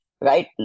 right